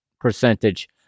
percentage